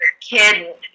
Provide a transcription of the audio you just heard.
kid